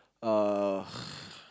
uh